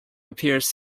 appears